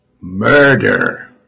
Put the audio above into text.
murder